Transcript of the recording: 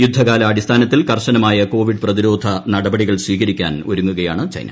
യൂദ്ധകാലാടിസ്ഥാനത്തിൽ കർശനമായ കോവിഡ് പ്രതിരോധി നട്പടികൾ സ്വീകരിക്കാൻ ഒരുങ്ങുകയാണ് ചൈന